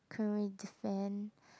can't really defend